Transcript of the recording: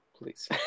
Please